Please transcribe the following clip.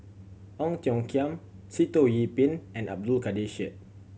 Ong Tiong Khiam Sitoh Yih Pin and Abdul Kadir Syed